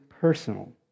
personal